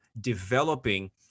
developing